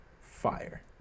Fire